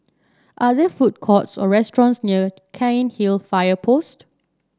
are there food courts or restaurants near Cairnhill Fire Post